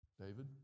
David